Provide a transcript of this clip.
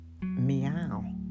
Meow